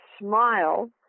smile